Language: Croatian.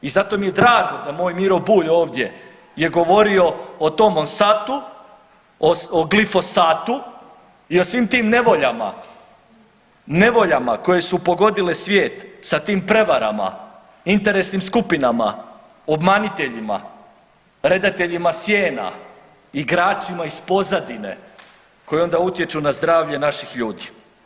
I zato mi je drago da moj Miro Bulj ovdje je govorio o tom Monsantu, o glifosatu i o svim tim nevoljama, nevoljama koje su pogodile svijet, sa tim prevarama, interesnim skupinama, obmaniteljima, redateljima sjena, igračima iz pozadine koji onda utječu na zdravlje naših ljudi.